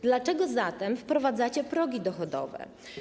Dlaczego zatem wprowadzacie progi dochodowe?